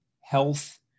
health